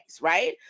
right